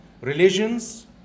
religions